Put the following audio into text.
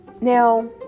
now